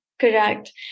correct